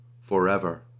forever